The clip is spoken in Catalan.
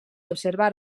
observar